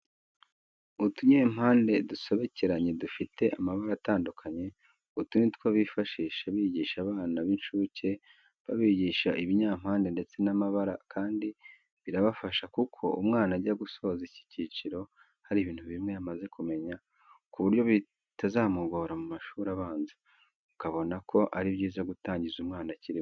Utunyempande dusobekeranye dufite amabara atandukanye, utu ni utwo bifashisha bigisha abana b'incuke babibigisha ibinyampande ndetse n'amabara kandi birabafasha kuko umwana ajya gusoza iki cyiciro hari ibintu bimwe yamaze kumenya ku buryo bitazamugora mu mashuri abanza, ukabona ko ari byiza gutangiza umwana akiri muto.